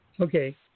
Okay